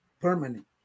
permanent